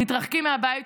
תתרחקי מהבית.